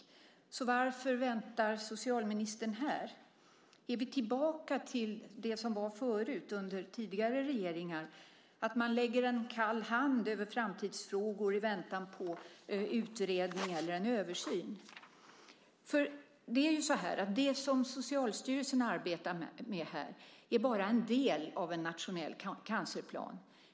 Men varför väntar socialministern här? Går man tillbaka till det som var förut under tidigare regeringar, att man lägger en kall hand över framtidsfrågor i väntan på utredning eller en översyn? Det som Socialstyrelsen arbetar med här är bara en del av en nationell cancerplan.